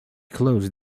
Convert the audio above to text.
close